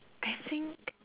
I think